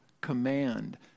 command